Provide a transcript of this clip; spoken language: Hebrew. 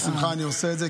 ובשמחה אני עושה את זה,